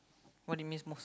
what do you miss most